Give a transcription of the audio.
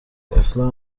اصلاح